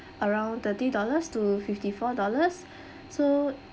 around thirty dollars to fifty four dollars so